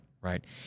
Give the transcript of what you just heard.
right